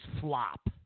flop